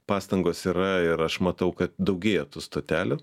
pastangos yra ir aš matau kad daugėja tų stotelių